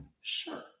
Sure